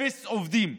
אפס עובדים.